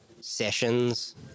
sessions